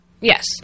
Yes